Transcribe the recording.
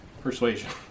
Persuasion